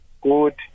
good